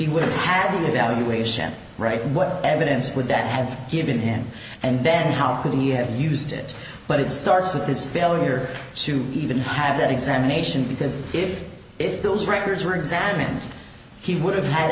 been evaluation right what evidence would that have given him and then how could he have used it but it starts with his failure to even have that examination because if if those records were examined he would have had